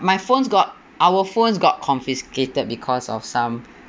my phones got our phones got confiscated because of some